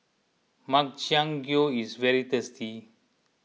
Makchang Gui is very tasty